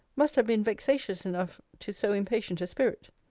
must have been vexatious enough to so impatient a spirit.